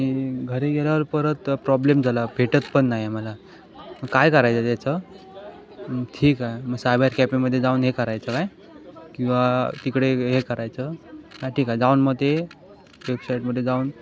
आणि घरी गेल्यावर परत प्रॉब्लेम झाला भेटत पण नाही मला काय करायचं त्याचं ठीक आहे मग सायबर कॅफेमध्ये जाऊन हे करायचं काय किंवा तिकडे हे करायचं ठीक आहे जाऊन मग ते वेबसाईटमध्ये जाऊन